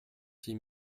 six